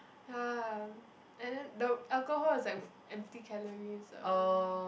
ya and then the alcohol is like empty calories ah